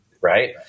Right